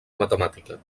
matemàtica